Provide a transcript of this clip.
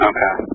Okay